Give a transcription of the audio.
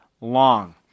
long